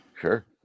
Sure